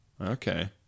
okay